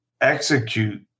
execute